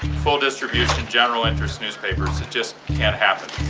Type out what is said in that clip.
full-distribution, general-interest newspapers. it just can't happen